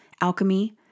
alchemy